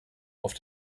auf